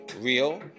real